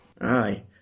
Aye